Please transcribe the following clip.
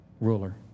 ruler